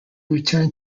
return